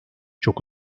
çok